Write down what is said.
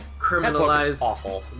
criminalize